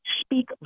speak